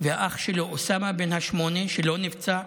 והאח שלו, אוסאמה בן השמונה, שלא נפצע,